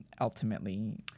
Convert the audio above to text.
ultimately